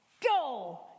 go